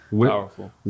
powerful